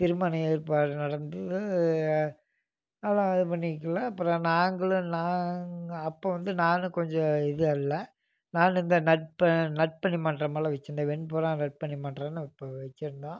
திருமணம் ஏற்பாடு நடந்தது நல்லா இது பண்ணிக்கலாம் அப்புறம் நாங்களும் நாங்கள் அப்போ வந்து நானும் கொஞ்சம் இதாக இல்லை நானும் இந்த நற்பணி மன்றமெல்லாம் வச்சுருந்தேன் வெண்புறா நற்பணி மன்றம்னு இப்போ வச்சுருந்தோம்